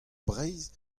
breizh